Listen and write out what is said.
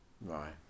Right